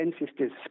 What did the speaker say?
ancestors